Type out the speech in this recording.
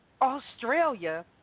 Australia